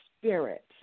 spirit